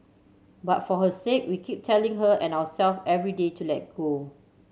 but for her sake we keep telling her and ourselves every day to let go